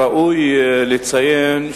נא לעלות לדוכן.